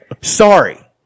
Sorry